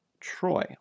Troy